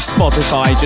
Spotify